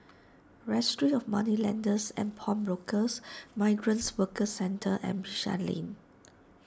Registry of Moneylenders and Pawnbrokers Migrant Workers Centre and Bishan Lane